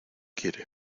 quiere